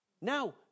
now